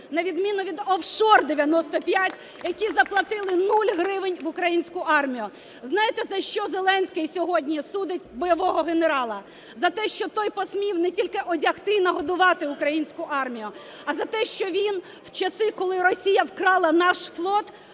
на відміну від "офшор-95", які заплатили 0 гривень в українську армію. Знаєте, за що Зеленський сьогодні судить бойового генерала? За те, що той посмів не тільки одягти і нагодувати українську армію, а за те, що він у часи, коли Росія вкрала наш флот,